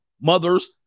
mothers